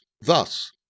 Thus